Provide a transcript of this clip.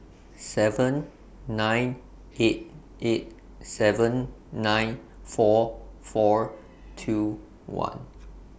seven nine eight eight seven nine four four two one